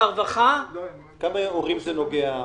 לכמה הורים זה נוגע?